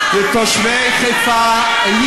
לתושבי חיפה עניתי אתמול.